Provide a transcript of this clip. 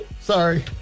Sorry